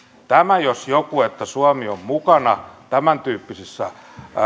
tämä jos joku että suomi on mukana tämäntyyppisissä